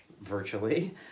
virtually